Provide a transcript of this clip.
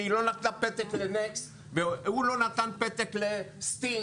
כי היא לא נתנה פתק לנקסט והיא לא נתנה פתק לסטינג.